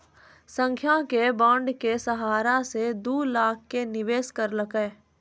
संध्या ने बॉण्ड के सहारा से दू लाख के निवेश करलकै